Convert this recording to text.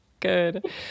Good